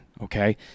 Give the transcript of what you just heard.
okay